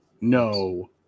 no